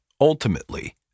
Ultimately